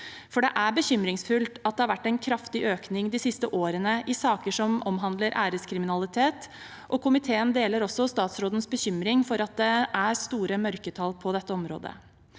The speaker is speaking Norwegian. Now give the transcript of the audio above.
Det er bekymringsfullt at det de siste årene har vært en kraftig økning i antall saker som omhandler æreskriminalitet, og komiteen deler også statsrådens bekymring for at det er store mørketall på dette området.